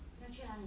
要去哪里